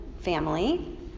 family